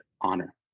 honor